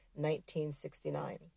1969